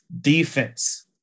defense